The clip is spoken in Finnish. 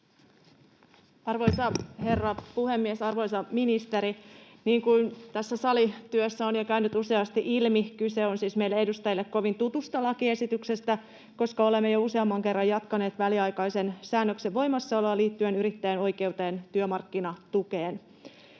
Arvoisa herra puhemies! Arvoisa ministeri, niin kuin tässä salityössä on jo käynyt useasti ilmi, kyse on siis meille edustajille kovin tutusta lakiesityksestä, koska olemme jo useamman kerran jatkaneet väliaikaisen säännöksen voimassaoloa liittyen yrittäjän oikeuteen työmarkkinatukeen.